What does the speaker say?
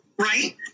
Right